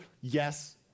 Yes